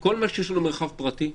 - כל מה שקשור למרחב פרטי,